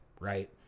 right